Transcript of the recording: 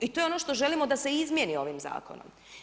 I to je ono što želimo da se izmijeni ovim zakonom.